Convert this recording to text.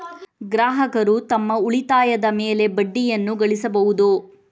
ಗ್ರಾಹಕರು ತಮ್ಮ ಉಳಿತಾಯದ ಮೇಲೆ ಬಡ್ಡಿಯನ್ನು ಗಳಿಸಬಹುದು